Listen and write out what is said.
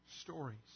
stories